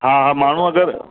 हा हा माण्हू अगरि